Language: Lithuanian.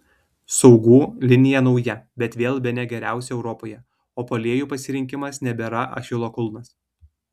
saugų linija nauja bet vėl bene geriausia europoje o puolėjų pasirinkimas nebėra achilo kulnas